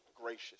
gracious